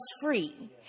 free